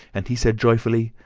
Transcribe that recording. and he said joyfully,